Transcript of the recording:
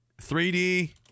3D